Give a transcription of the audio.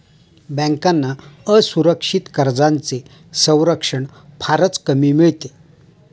बँकांना असुरक्षित कर्जांचे संरक्षण फारच कमी मिळते